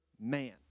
man